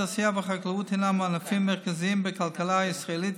התעשייה והחקלאות הם ענפים מרכזיים בכלכלה הישראלית,